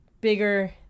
bigger